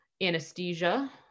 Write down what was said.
anesthesia